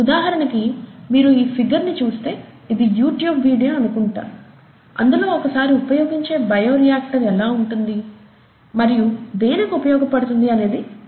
ఉదాహరణ కి మీరు ఈ ఫిగర్ ని చూస్తే ఇది యూట్యూబ్ వీడియో అనుకుంటాను అందులో ఒకసారి ఉపయోగించే బయో రియాక్టర్ ఎలా ఉంటుంది మరియు దేనికి ఉపయోగపడుతుంది అనేది వివరించబడినది